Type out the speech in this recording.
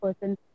person